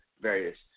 various